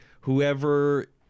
whoever